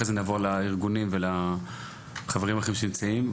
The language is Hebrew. נעבור לארגונים שנמצאים פה.